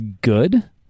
good